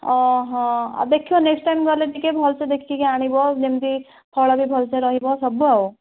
ଓହ ଆଉ ଦେଖିବା next time ଗଲେ ଟିକେ ଭଲ୍ସେ ଦେଖିକି ଆଣିବ ଯେମିତି ଫଳ ବି ଭଲ୍ସେ ରହିବ ସବୁ ଆଉ